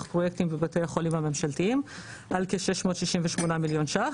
פרויקטים בבתי החולים הממשלתיים על כ-668 מיליון שקלים.